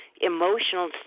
emotional